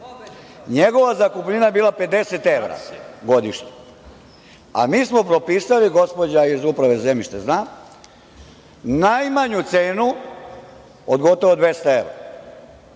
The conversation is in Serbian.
NJegova zakupnina je bila 50 evra godišnje, a mi smo potpisali, gospođa iz Uprave za zemljište zna, najmanju cenu od gotovo 200 evra.